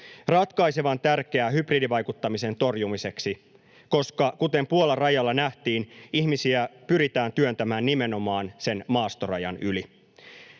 ratkaisevan tärkeää hybridivaikuttamisen torjumiseksi, koska kuten Puolan rajalla nähtiin, ihmisiä pyritään työntämään nimenomaan sen maastorajan yli.